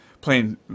playing